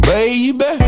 Baby